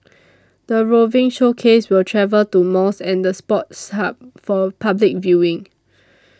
the roving showcase will travel to malls and the Sports Hub for public viewing